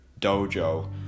dojo